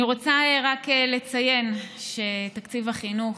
אני רוצה רק לציין שתקציב החינוך,